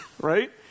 right